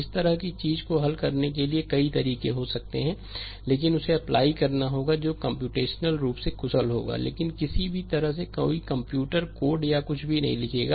इस तरह की चीज़ को हल करने के लिए कई तरीके हो सकते हैं लेकिन उसे अप्लाई करना होगा जो कम्प्यूटेशनल रूप से कुशल होगा लेकिन किसी भी तरह से कोई भी कंप्यूटर कोड या कुछ भी नहीं लिखेगा